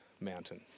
mountain